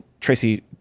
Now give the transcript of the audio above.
Tracy